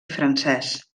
francès